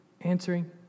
answering